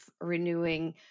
renewing